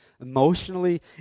emotionally